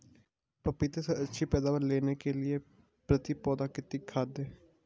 पपीते से अच्छी पैदावार लेने के लिए प्रति पौधा कितनी खाद दें?